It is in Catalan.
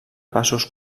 passos